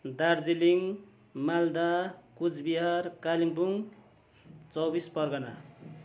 Darjeeling Malda Cooch Behar Kalimpong Chaubis Pargana